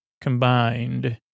combined